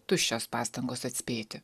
tuščios pastangos atspėti